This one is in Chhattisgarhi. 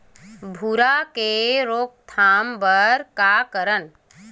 भूरा के रोकथाम बर का करन?